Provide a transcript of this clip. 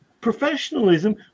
professionalism